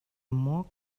more